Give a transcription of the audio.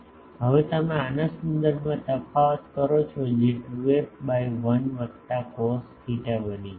હવે તમે આના સંદર્ભમાં તફાવત કરો છો જે 2f બાય 1 વત્તા કોસ થેટા બની જાય છે